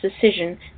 decision